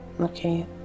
Okay